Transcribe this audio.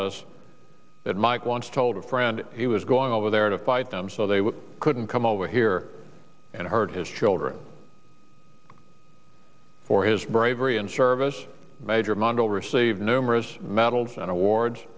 us that mike once told a friend he was going over there to fight them so they couldn't come over here and hurt his children for his bravery and service major mando received numerous medals and awards